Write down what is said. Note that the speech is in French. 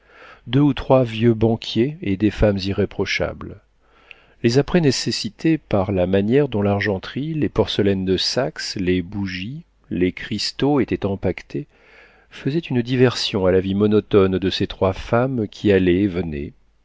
deux ou trois vieux banquiers et des femmes irréprochables les apprêts nécessités par la manière dont l'argenterie les porcelaines de saxe les bougies les cristaux étaient empaquetés faisaient une diversion à la vie monotone de ces trois femmes qui allaient et venaient